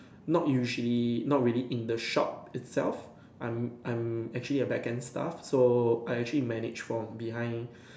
not usually not really in the shop itself I'm I'm actually a backend staff so I actually manage from behind